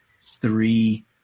three